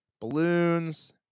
Balloons